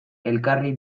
elkarri